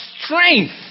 strength